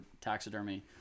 taxidermy